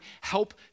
help